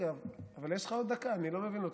רק רגע, אבל יש לך עוד דקה, אני לא מבין אותך.